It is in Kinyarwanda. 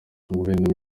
guverinoma